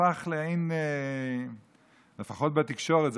לפחות בתקשורת,